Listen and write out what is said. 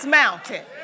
mountain